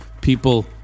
People